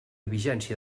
vigència